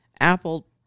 apple